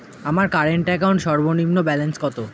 আমার current account সর্বনিম্ন balance কত?